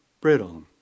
brittle